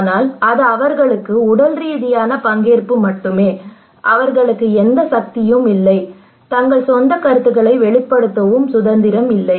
ஆனால் அது அவர்களுக்கு உடல்ரீதியான பங்கேற்பு மட்டுமே அவர்களுக்கு எந்த சக்தியும் இல்லை தங்கள் சொந்த கருத்துக்களை வெளிப்படுத்தும் சுதந்திரமும் இல்லை